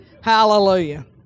Hallelujah